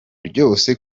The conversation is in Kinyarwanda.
ryose